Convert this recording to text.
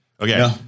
Okay